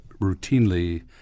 routinely